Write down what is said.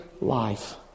life